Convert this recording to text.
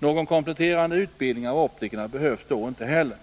Någon kompletterande utbildning av optikerna behövs då inte heller.